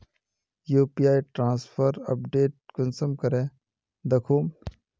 UPI transfer update कुंसम करे दखुम?